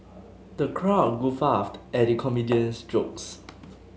the crowd guffawed at the comedian's jokes